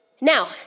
Now